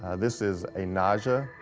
ah this is a naja,